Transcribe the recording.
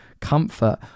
comfort